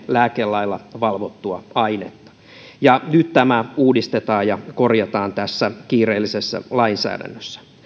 lääkelailla valvottua ainetta nyt tämä uudistetaan ja korjataan tässä kiireellisessä lainsäädännössä